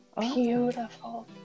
beautiful